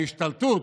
ההשתלטות,